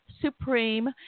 Supreme